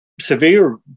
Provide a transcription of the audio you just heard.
severe